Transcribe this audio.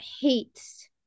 hates